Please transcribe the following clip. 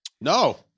No